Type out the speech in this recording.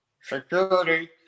security